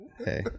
Okay